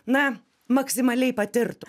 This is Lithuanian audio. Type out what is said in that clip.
na maksimaliai patirtų